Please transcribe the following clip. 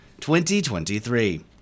2023